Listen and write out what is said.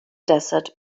desert